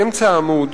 באמצע העמוד,